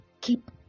keep